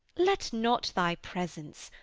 let not thy presence,